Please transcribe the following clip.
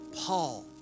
Paul